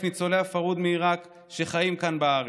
ניצולי הפרהוד מעיראק שחיים כאן בארץ.